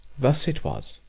thus it was.